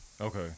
Okay